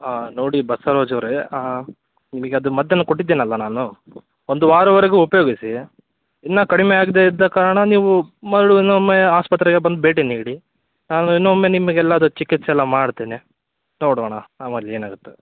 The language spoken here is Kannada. ಹಾಂ ನೋಡಿ ಬಸವರಾಜ್ ಅವ್ರೇ ನಿಮಗೆ ಅದು ಮದ್ದನ್ನು ಕೊಟ್ಟಿದ್ದೀನಲ್ಲಾ ನಾನು ಒಂದು ವಾರದ್ವರೆಗೂ ಉಪಯೋಗಿಸಿ ಇನ್ನೂ ಕಡಿಮೆ ಆಗ್ದೇ ಇದ್ದ ಕಾರಣ ನೀವು ಮರಳಿ ಇನೊಮ್ಮೆ ಆಸ್ಪತ್ರೆಗೆ ಬಂದು ಭೇಟಿ ನೀಡಿ ನಾನು ಇನೊಮ್ಮೆ ನಿಮಗೆ ಎಲ್ಲದು ಚಿಕಿತ್ಸೆಯಲ್ಲ ಮಾಡ್ತೀನಿ ನೋಡೋಣ ಆಮೇಲೆ ಏನಾಗತ್ತೆ